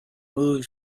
moved